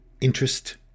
Interest